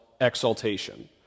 exaltation